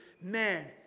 man